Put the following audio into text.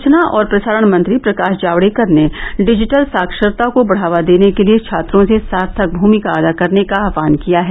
सूचना और प्रसारण मंत्री प्रकाश जावड़ेकर ने डिजिटल साक्षरता को बढ़ावा देने के लिए छात्रों से सार्थक भूमिका अदा करने का आहवान किया है